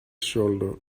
shoulder